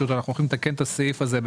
אנחנו הולכים לתקן את הסעיף הזה.